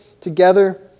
together